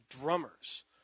drummers